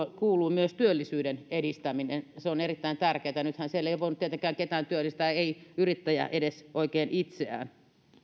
kuuluu myös työllisyyden edistäminen se on erittäin tärkeätä ja nythän siellä ei ole voinut tietenkään ketään työllistää ei yrittäjä oikein edes itseään